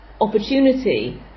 opportunity